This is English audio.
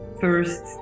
first